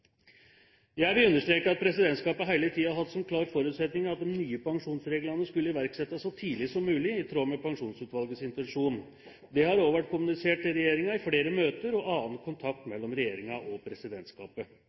Jeg vil understreke at presidentskapet hele tiden har hatt som klar forutsetning at de nye pensjonsreglene skulle iverksettes så tidlig som mulig, i tråd med Pensjonsutvalgets intensjon. Dette har også vært kommunisert til regjeringen i flere møter og ved annen kontakt